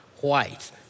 white